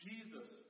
Jesus